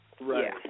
Right